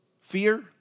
fear